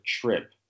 trip